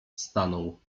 stanął